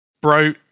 bro